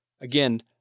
Again